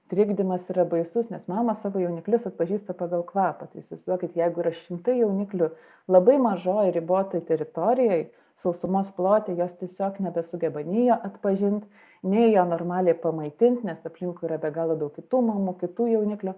trikdymas yra baisus nes mamos savo jauniklius atpažįsta pagal kvapą tai įsivaizduokit jeigu yra šimtai jauniklių labai mažoj ribotoj teritorijoj sausumos plote jos tiesiog nebesugeba nei jo atpažint nei jo normaliai pamaitint nes aplinkui yra be galo daug kitų mamų kitų jauniklių